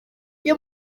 uyu